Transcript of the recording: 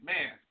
Man